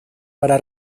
para